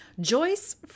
Joyce